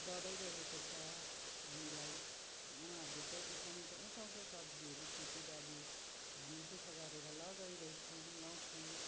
दबाइरहेको छ हामीलाई उहाँहरूले उठाउन त उठाउँछ सब्जीहरू खेतीबाली हामी दुःख गरेर लगाइरहेको छौँ लगाउँछौँ